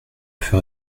ferai